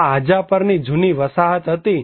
આ હાજાપરની જૂની વસાહત હતી